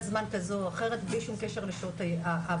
זמן כזו או אחרת בלי שום קשר לשעות הפעולה.